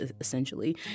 essentially